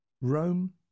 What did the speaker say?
Rome